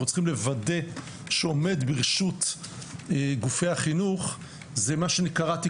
צריכים לוודא שעומד לרשות גופי החינוך זה מה שאני קראתי